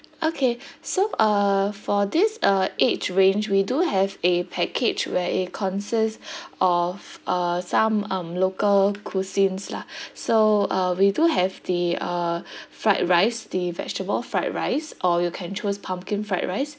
okay so uh for this uh age range we do have a package where it consists of uh some um local cuisines lah so uh we do have the uh fried rice the vegetable fried rice or you can choose pumpkin fried rice